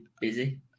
busy